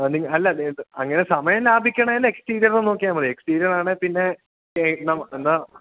അങ്ങനെ സമയം ലഭിക്കണമെങ്കില് എക്സ്റ്റീരിയര് നോക്കിയാല് മതി എക്സ്റ്റീരിയറാണെങ്കില്പ്പിന്നെ എന്താണ്